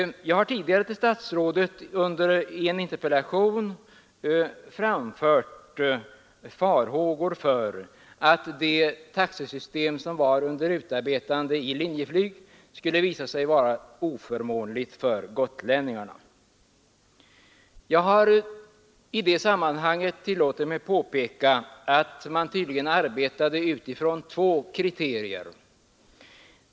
Jag har tidigare till statsrådet i en interpellation framfört farhågor för att det taxesystem som var under utarbetande i Linjeflyg skulle visa sig vara oförmånligt för gotlänningarna. I det sammanhanget tillät jag mig påpeka att man tydligen arbetade utifrån två kriterier.